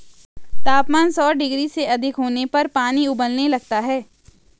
तापमान सौ डिग्री से अधिक होने पर पानी उबलने लगता है